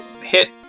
hit